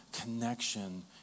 connection